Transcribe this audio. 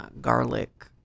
garlic